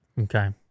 Okay